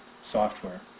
software